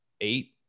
eight